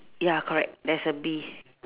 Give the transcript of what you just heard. ya correct there's a bee